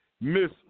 Miss